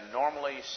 normally